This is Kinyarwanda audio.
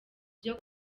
byo